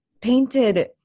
painted